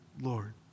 Lord